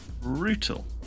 brutal